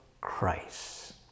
Christ